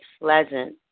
pleasant